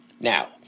Now